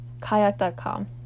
Kayak.com